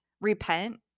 repent